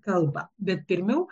kalbą bet pirmiau